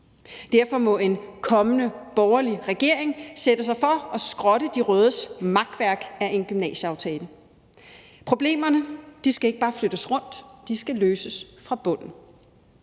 Derfor må en kommende borgerlig regering sætte sig for at skrotte de rødes makværk af en gymnasieaftale. Problemerne skal ikke bare flyttes rundt, de skal løses fra bunden.